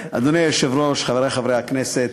אדוני היושב-ראש, חברי חברי הכנסת,